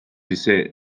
ise